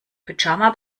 pyjama